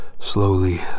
slowly